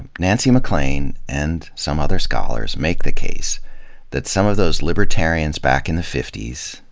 nancy maclean and some other scholars make the case that some of those libertarians back in the fifties,